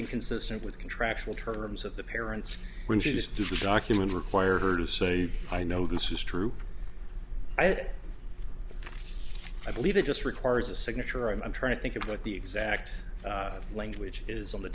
inconsistent with contractual terms of the parents when she just does the document require her to say i know this is true i believe it just requires a signature i'm trying to think of what the exact language is on the